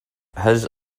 his